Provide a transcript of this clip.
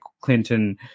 Clinton